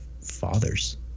fathers